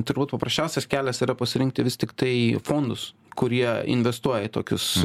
turbūt paprasčiausias kelias yra pasirinkti vis tiktai fondus kurie investuoja į tokius